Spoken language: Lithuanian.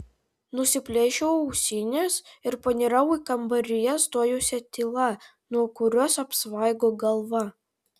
nusiplėšiau ausines ir panirau į kambaryje stojusią tylą nuo kurios apsvaigo galva